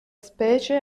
specie